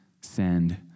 send